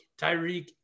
Tyreek